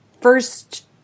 first